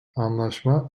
anlaşma